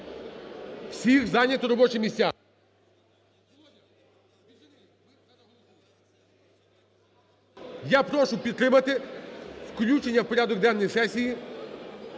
всіх зайняти робочі місця. Я прошу підтримати включення в порядок денний сесії